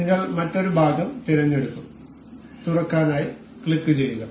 നിങ്ങൾ മറ്റൊരു ഭാഗം തിരഞ്ഞെടുക്കും തുറക്കാനായി ക്ലിക്ക് ചെയ്യുക